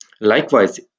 Likewise